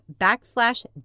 backslash